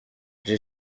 j’ai